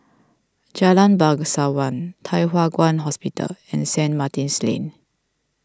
Jalan Bangsawan Thye Hua Kwan Hospital and Saint Martin's Lane